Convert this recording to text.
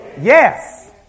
Yes